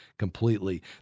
Completely